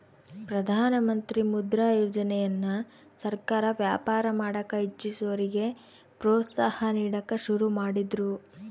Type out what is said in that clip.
ಪ್ರಧಾನಮಂತ್ರಿ ಮುದ್ರಾ ಯೋಜನೆಯನ್ನ ಸರ್ಕಾರ ವ್ಯಾಪಾರ ಮಾಡಕ ಇಚ್ಚಿಸೋರಿಗೆ ಪ್ರೋತ್ಸಾಹ ನೀಡಕ ಶುರು ಮಾಡಿದ್ರು